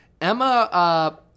Emma